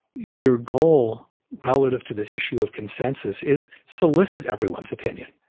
your goal relative to this issue of consensus is solicit everyone's opinion,